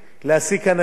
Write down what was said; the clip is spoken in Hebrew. להעסיק אנשים